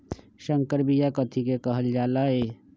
संकर बिया कथि के कहल जा लई?